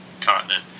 continent